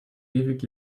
ewig